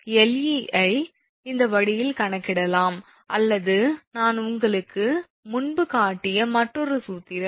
𝐿𝑒 ஐ இந்த வழியில் கணக்கிடலாம் அல்லது நான் உங்களுக்கு முன்பு காட்டிய மற்றொரு சூத்திரம்